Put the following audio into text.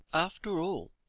after all,